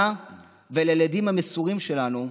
לה ולילדים המסורים שלנו,